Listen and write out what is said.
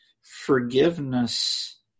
forgiveness